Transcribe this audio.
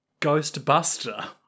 Ghostbuster